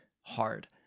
hard